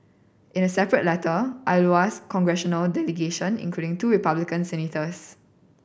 in a separate letter Iowa's congressional delegation including two Republican senators